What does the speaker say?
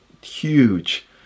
huge